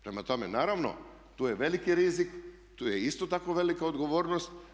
Prema tome naravno tu je veliki rizik, tu je isto tako velika odgovornost.